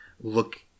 look